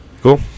Cool